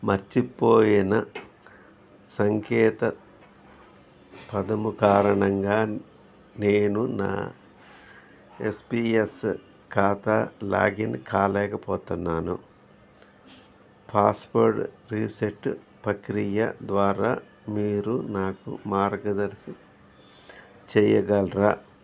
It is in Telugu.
మర్చిపోయిన సంకేత పదము కారణంగా నేను నా ఎస్పీఎస్ ఖాతా లాగిన్ కాలేకపోతున్నాను పాస్వార్డ్ రిసెట్ ప్రక్రియ ద్వారా మీరు నాకు మార్గనిర్దేశం చేయగలరా